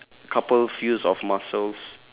couple of muscles